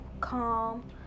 calm